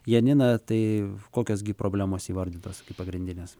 janina tai kokios gi problemos įvardytos pagrindinės